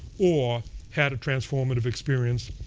or had a transformative experience,